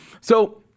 So-